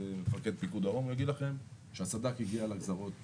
מפקד פיקוד דרום הוא יגיד לכם שהסד"כ הגיע לגזרות בזמן.